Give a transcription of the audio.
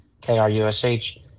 k-r-u-s-h